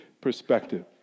perspective